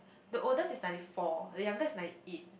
the oldest is ninety four the youngest is ninety eight